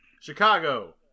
Chicago